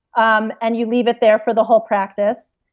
um and you leave it there for the whole practice.